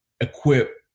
equip